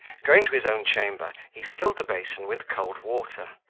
going to his own chamber, he filled a basin with cold water,